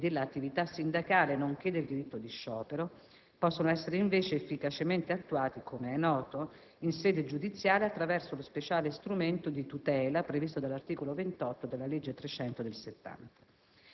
e dell'attività sindacale, nonché del diritto di sciopero), possono essere invece efficacemente attuati, come è noto, in sede giudiziale, attraverso lo speciale strumento di tutela previsto dall'articolo 28 della legge n. 300 del 1970.